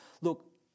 Look